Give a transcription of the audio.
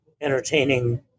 entertaining